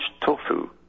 tofu